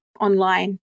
online